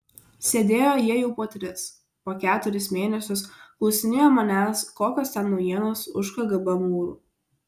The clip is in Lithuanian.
sėdėjo jie jau po tris po keturis mėnesius klausinėjo manęs kokios ten naujienos už kgb mūrų